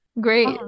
great